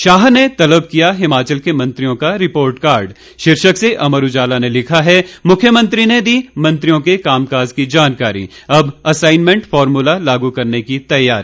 शाह ने तलब किया हिमाचल के मंत्रियों का रिपोर्ट कार्ड शीर्षक से अमर उजाला ने लिखा है मुख्यमंत्री ने दी मंत्रियों के कामकाज की जानकारी अब असाइनमेंट फार्मूला लागू करने की तैयारी